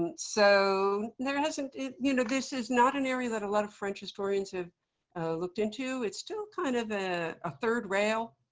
and so there hasn't you know this is not an area that a lot of french historians have looked into. it's still kind of ah a third rail,